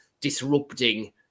disrupting